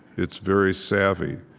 it's very savvy.